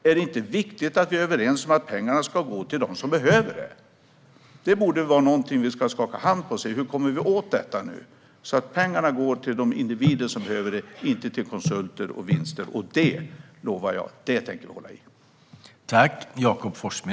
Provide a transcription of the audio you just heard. Är det inte viktigt att vi är överens om att pengarna ska gå till dem som behöver dem? Det borde vara någonting som vi ska skaka hand på och se hur vi kommer åt, så att pengarna går till de individer som behöver dem och inte till konsulter och vinster. Det lovar jag att vi kommer att hålla fast vid.